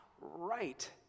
right